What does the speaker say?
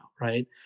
right